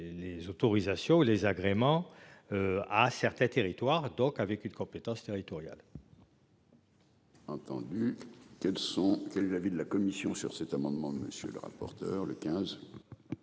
les autorisations ou les agréments. À certains territoires donc avec une compétence territoriale. Entendu quelles sont qu'est l'avis de la commission sur cet amendement de monsieur le rapporteur. Le 15.